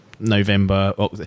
November